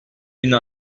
une